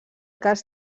cas